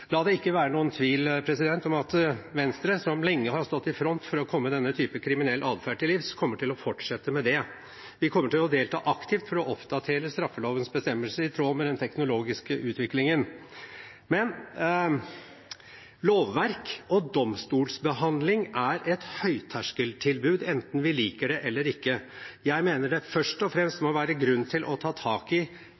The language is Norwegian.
La det ikke være noen tvil om at Venstre, som lenge har stått i front for å komme denne typen kriminell atferd til livs, kommer til å fortsette med det. Vi kommer til å delta aktivt for å oppdatere straffelovens bestemmelser i tråd med den teknologiske utviklingen. Men lovverk og domstolbehandling er et høyterskeltilbud, enten vi liker det eller ikke. Jeg mener det først og fremst